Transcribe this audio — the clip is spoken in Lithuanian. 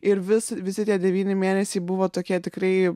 ir vis visi tie devyni mėnesiai buvo tokie tikrai